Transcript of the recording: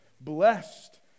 Blessed